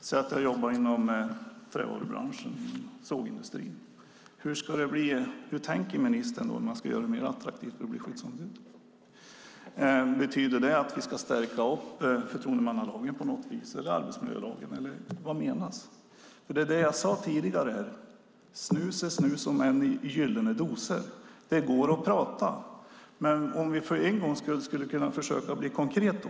Hur tänker ministern att vi ska göra det mer attraktivt att bli skyddsombud för den som jobbar inom trävarubranschen och sågindustrin? Ska vi stärka förtroendemannalagen eller arbetsmiljölagen? Vad menas? Som jag sade: Snus är snus om ock i gyllne dosor. Det går att prata, men vi kanske för en gångs skull skulle försöka bli konkreta.